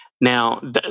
Now